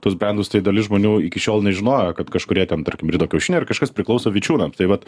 tuos benus tai dalis žmonių iki šiol nežinojo kad kažkurie ten tarkim brito kiaušiniai ar kažkas priklauso vičiūnams tai vat